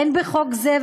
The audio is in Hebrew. אין בחוק זה,